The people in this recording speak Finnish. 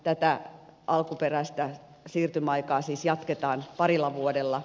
tätä alkuperäistä siirtymäaikaa siis jatketaan parilla vuodella